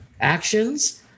actions